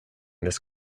this